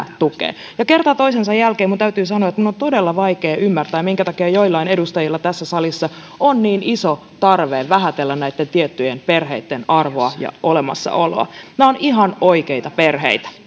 tukevat kerta toisensa jälkeen minun täytyy sanoa että minun on todella vaikea ymmärtää minkä takia joillain edustajilla tässä salissa on niin iso tarve vähätellä näitten tiettyjen perheitten arvoa ja olemassaoloa nämä ovat ihan oikeita perheitä